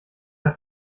der